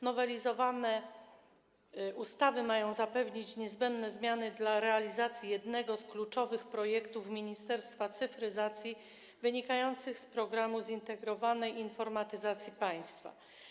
Nowelizowane ustawy mają zapewnić zmiany niezbędne dla realizacji jednego z kluczowych projektów Ministerstwa Cyfryzacji, wynikających z Programu Zintegrowanej Informatyzacji Państwa.